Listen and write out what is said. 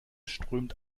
strömt